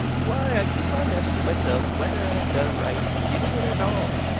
why, i keep on asking myself whether i've done right in giving it at all.